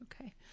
Okay